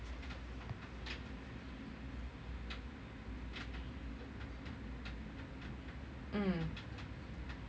mm